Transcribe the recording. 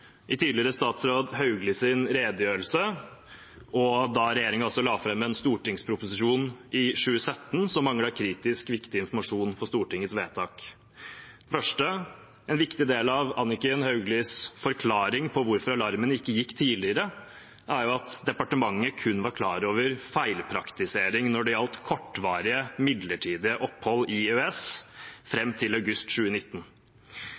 i tidligere statsråd Hauglies redegjørelse og da regjeringen la fram en stortingsproposisjon i 2017 som manglet kritisk viktig informasjon for Stortingets vedtak. Det første: En viktig del av Anniken Hauglies forklaring på hvorfor alarmen ikke gikk tidligere, er at departementet kun var klar over feilpraktisering når det gjaldt kortvarige, midlertidige opphold i EØS fram til august 2019.